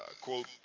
quote